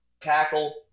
tackle